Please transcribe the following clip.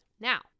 Now